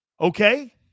Okay